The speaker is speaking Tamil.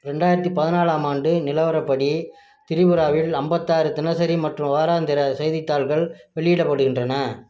ரெண்டாயிரத்து பதினாலாம் ஆண்டு நிலவரப்படி திரிபுராவில் ஐம்பத்தாறு தினசரி மற்றும் வாராந்திர செய்தித்தாள்கள் வெளியிடப்படுகின்றன